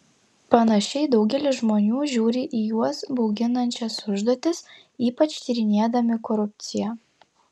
panašiai daugelis žmonių žiūri į juos bauginančias užduotis ypač tyrinėdami korupciją